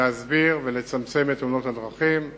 להסביר ולצמצם את תאונות הדרכים.